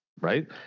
right